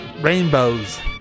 rainbows